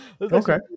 Okay